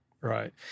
Right